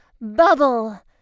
Bubble